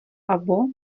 або